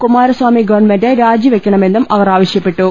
Kumaraswamy government രാജിവെക്കണമെന്നും അവർ ആവശ്യപ്പെട്ടു